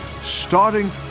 starting